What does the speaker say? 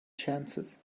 chances